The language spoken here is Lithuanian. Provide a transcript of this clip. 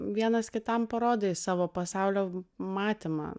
vienas kitam parodai savo pasaulio matymą